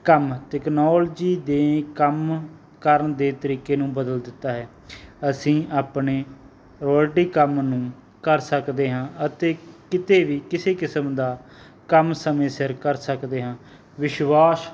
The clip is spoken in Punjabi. ਕੰਮ ਟੈਕਨੋਲਜੀ ਦੇ ਕੰਮ ਕਰਨ ਦੇ ਤਰੀਕੇ ਨੂੰ ਬਦਲ ਦਿੱਤਾ ਹੈ ਅਸੀਂ ਆਪਣੇ ਰੋਲਟੀ ਕੰਮ ਨੂੰ ਕਰ ਸਕਦੇ ਹਾਂ ਅਤੇ ਕਿਤੇ ਵੀ ਕਿਸੇ ਕਿਸਮ ਦਾ ਕੰਮ ਸਮੇਂ ਸਿਰ ਕਰ ਸਕਦੇ ਹਾਂ ਵਿਸ਼ਵਾਸ